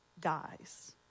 dies